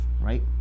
Right